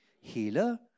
healer